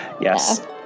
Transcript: Yes